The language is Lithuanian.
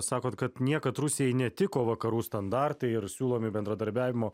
sakot kad niekad rusijai netiko vakarų standartai ir siūlomi bendradarbiavimo